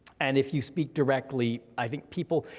and if you speak directly, i think people,